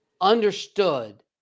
understood